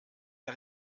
der